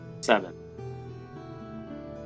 Seven